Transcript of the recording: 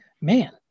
man